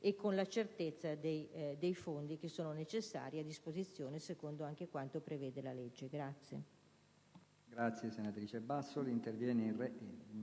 e con la certezza dei fondi che sono necessari a disposizione secondo anche quanto prevede la legge.